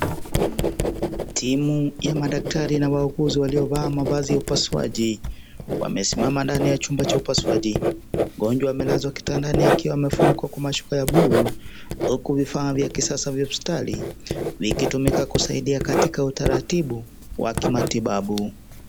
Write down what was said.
Timu ya madaktari na wauguzi waliovaa mavazi ya upasuaji, wamesimama ndani ya chumba cha upasuaji. Mgonjwa amelazwa kitandani akiwa amefunikwa mashuka ya buluu huku vifaa vya hospitali vya kisasa vya hospitali vikitumika kusaidia katika utaratibu wa kimatibabu.